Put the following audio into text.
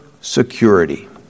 security